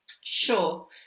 Sure